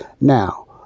Now